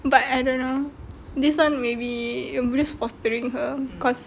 but I don't know this [one] maybe just fostering her because